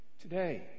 Today